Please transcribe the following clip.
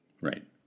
Right